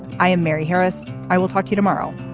i am mary harris. i will talk to you tomorrow